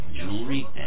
jewelry